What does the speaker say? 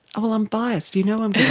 well, i'm biased, you know i'm yeah